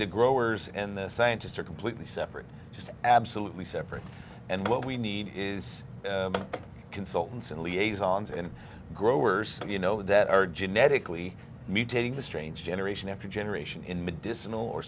the growers and the scientists are completely separate just absolutely separate and what we need is consultants and liaison's and growers you know that are genetically mutating to strange generation after generation in medicinal or